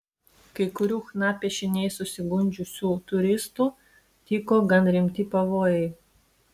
kai kurių chna piešiniais susigundžiusių turistų tyko gan rimti pavojai